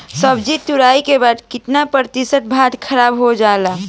सब्जी तुराई के बाद केतना प्रतिशत भाग खराब हो जाला?